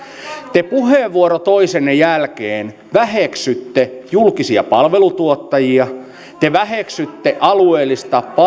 te puheenvuoro toisensa jälkeen väheksytte julkisia palvelutuottajia te väheksytte alueellista